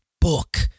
book